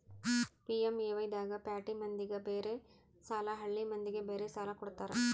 PMAY ದಾಗ ಪ್ಯಾಟಿ ಮಂದಿಗ ಬೇರೆ ಸಾಲ ಹಳ್ಳಿ ಮಂದಿಗೆ ಬೇರೆ ಸಾಲ ಕೊಡ್ತಾರ